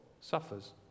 suffers